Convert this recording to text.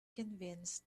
convince